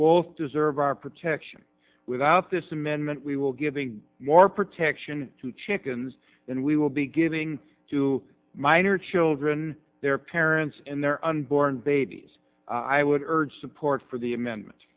both deserve our protection without this amendment we will giving more protection to chickens and we will be giving to minor children their parents and their unborn babies i would urge support for the amendment